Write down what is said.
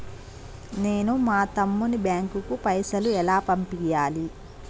నేను మా తమ్ముని బ్యాంకుకు పైసలు ఎలా పంపియ్యాలి?